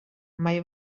mai